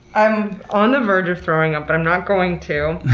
i'm on the verge of throwing up but i'm not going to.